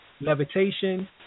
levitation